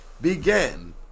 began